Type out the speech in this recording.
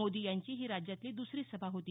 मोदी यांची ही राज्यातली दुसरी सभा होती